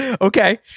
okay